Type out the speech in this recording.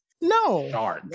No